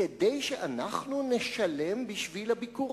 כדי שאנחנו נשלם בשביל הביקור.